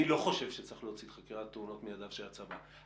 אני לא חושב שצריך להוציא את חקירת התאונות מידיו של הצבא,